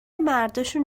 مرداشون